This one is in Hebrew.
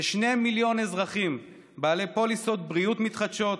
כמיליון אזרחים בעלי פוליסות בריאות מתחדשות,